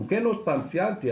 ציינתי,